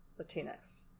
Latinx